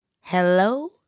Hello